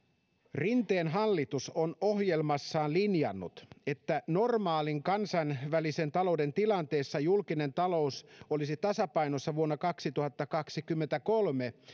rinteen hallitus on ohjelmassaan linjannut että normaalin kansainvälisen talouden tilanteessa julkinen talous olisi tasapainossa vuonna kaksituhattakaksikymmentäkolme